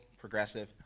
progressive